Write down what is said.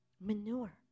Manure